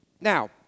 Now